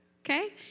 Okay